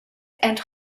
and